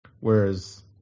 Whereas